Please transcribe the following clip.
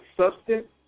substance